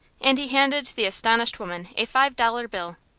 and he handed the astonished woman a five-dollar bill.